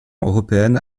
européenne